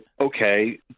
okay